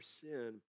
sin